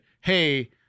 Hey